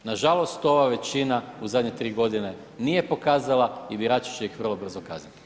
Nažalost ova većina u zadnje 3 godine nije pokazala i birači će ih vrlo brzo kazniti.